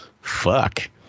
fuck